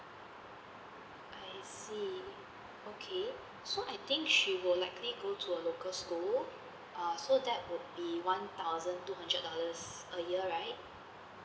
I see okay so I think she will likely go to a local school uh so that would be one thousand two hundred dollars a year right